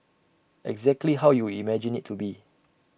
exactly how you would imagine IT to be